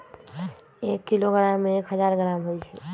एक किलोग्राम में एक हजार ग्राम होई छई